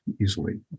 easily